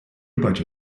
бачу